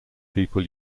people